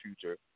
Future